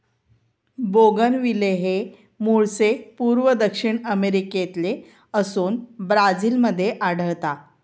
bougainvillea हे मूळचे पूर्व दक्षिण अमेरिकेतले असोन ब्राझील मध्ये आढळता